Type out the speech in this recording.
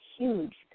huge